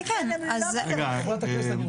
חברי הכנסת,